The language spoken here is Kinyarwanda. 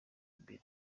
imbere